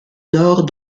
nord